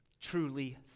Truly